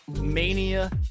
mania